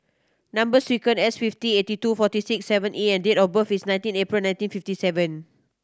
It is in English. number sequence S fifty eighty two forty six seven E and date of birth is nineteen April nineteen fifty seven